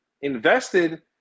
invested